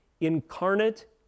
incarnate